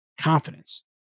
confidence